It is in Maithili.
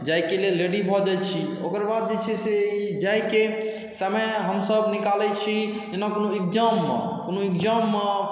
जायके लिए रेडी भऽ जाइ छी ओकर बाद जे छै से जायक समय हमसभ निकालै छी जेना कोनो एक्जामम कोनो एक्जाममे